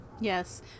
yes